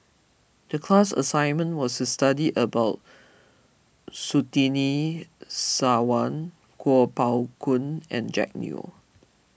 the class assignment was to study about Surtini Sarwan Kuo Pao Kun and Jack Neo